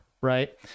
right